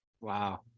Wow